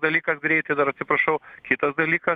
dalykas greitai dar atsiprašau kitas dalykas